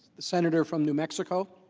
the senator from new mexico.